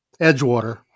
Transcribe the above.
edgewater